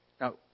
Now